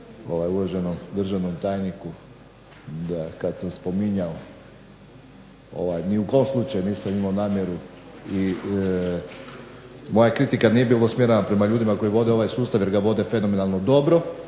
uvaženom državnom tajniku da kad sam spominjao ni u kom slučaju nisam imao namjeru i moja kritika nije bila usmjerena prema ljudima koji vode ovaj sustav, jer ga vode fenomenalno dobro